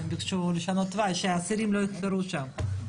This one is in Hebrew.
הם ביקשו לשנות תוואי, שהאסירים לא יחפרו שם.